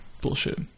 Bullshit